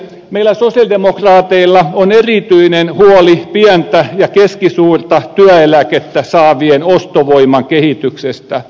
meillä sosialidemokraateilla on erityinen huoli pientä ja keskisuurta työeläkettä saavien ostovoiman kehityksestä